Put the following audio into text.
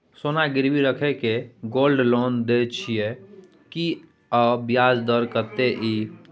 सोना गिरवी रैख के गोल्ड लोन दै छियै की, आ ब्याज दर कत्ते इ?